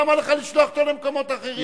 למה לך לשלוח אותו למקומות אחרים?